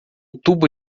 tubo